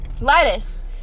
Lettuce